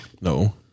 No